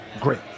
great